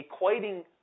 equating